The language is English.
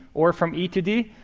or from e to d,